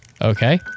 Okay